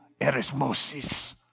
erismosis